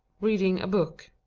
reading a book.